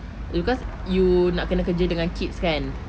no because you nak kena kerja dengan kids kan